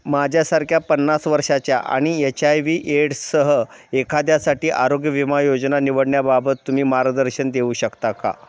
माझ्यासारख्या पन्नास वर्षाच्या आणि एच आय वी एड्ससह एखाद्यासाठी आरोग्य विमा योजना निवडण्याबाबत तुम्ही मार्गदर्शन देऊ शकता का